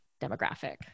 demographic